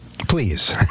Please